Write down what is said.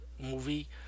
movie